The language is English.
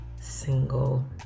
single